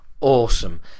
awesome